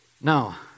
Now